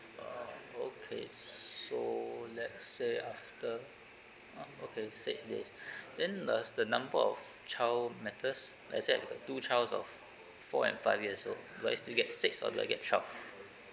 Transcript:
ah okay so let's say after ah okay six days then does the number of child matters let's say I got two child of four and five years old do I still get six or do I get twelve